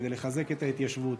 כדי לחזק את ההתיישבות,